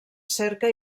cerca